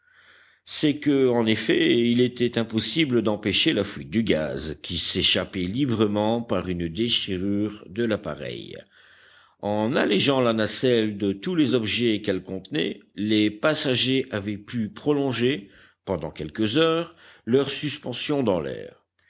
c'est que en effet il était impossible d'empêcher la fuite du gaz qui s'échappait librement par une déchirure de l'appareil en allégeant la nacelle de tous les objets qu'elle contenait les passagers avaient pu prolonger pendant quelques heures leur suspension dans l'air